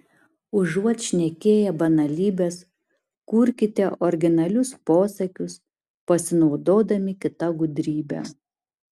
užuot šnekėję banalybes kurkite originalius posakius pasinaudodami kita gudrybe